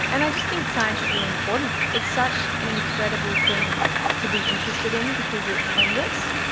and i just think science is really important. it's such an incredible thing to be interested in because it's endless.